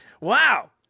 Wow